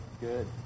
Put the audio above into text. Good